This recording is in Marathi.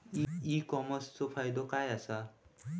ई कॉमर्सचो फायदो काय असा?